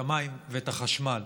את המים ואת החשמל.